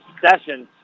sessions